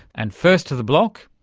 and first to the block,